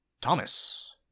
Thomas